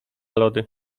lody